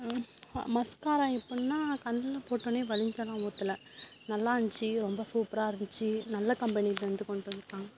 mascara எப்பிடின்னா கண்ணில் போட்டோடனே வழிஞ்செல்லாம் ஊற்றல நல்லாயிருந்துச்சி ரொம்ப சூப்பராக இருந்துச்சு நல்ல கம்பெனிலேருந்து கொண்டுட்டு வந்திருக்காங்க